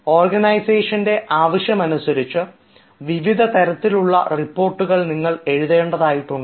ഓർഗനൈസേഷൻറെ ആവശ്യമനുസരിച്ച് വിവിധ തരത്തിലുള്ള റിപ്പോർട്ടുകൾ നിങ്ങൾ എഴുതേണ്ടതായിട്ടുണ്ട്